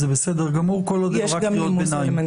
זה בסדר גמור כל עוד הן רק קריאות ביניים.